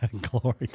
Glory